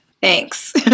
Thanks